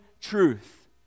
truth